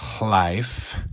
LIFE